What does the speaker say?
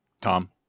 Tom